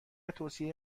توصیه